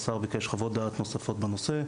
השר ביקש חוות דעת נוספות בנושא.